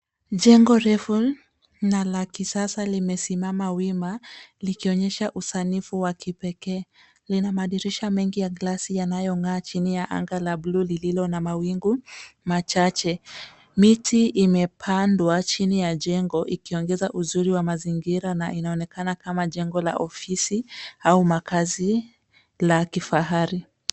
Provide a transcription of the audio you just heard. Jengo refu na la kisasa limesimaam wima likionyesha usanifu wa kipekee. Lina madirisha mengi ya glasi yanayong'aa chini ya anga la blue lililo na mawingu machache. Miti imepandwa chini ya jengo yakiongeza uzuri wa mazingira na inaonekana kama jengo la ofisi au makazi la kifahari.